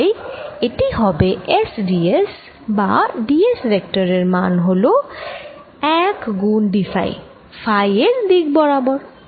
তাই এটি হবে S d s বা d s ভেক্টর এর মান হল এক গুণ dফাই ফাই এর দিক বরাবর